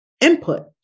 input